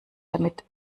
damit